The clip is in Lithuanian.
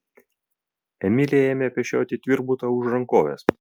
emilija ėmė pešioti tvirbutą už rankovės